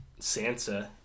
Sansa